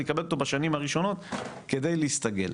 יקבל אותו בשנים הראשונות כדי להסתגל.